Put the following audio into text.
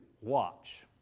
watch